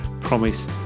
promise